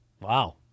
Wow